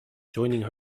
joining